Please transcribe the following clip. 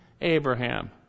Abraham